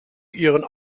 ihren